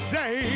day